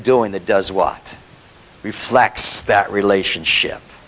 doing that does what reflects that relationship